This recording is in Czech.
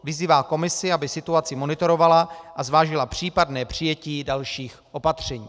Vyzývá Komisi, aby situaci monitorovala a zvážila případné přijetí dalších opatření.